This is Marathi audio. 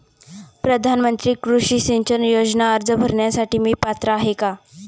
प्रधानमंत्री कृषी सिंचन योजना अर्ज भरण्यासाठी मी पात्र आहे का?